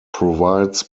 provides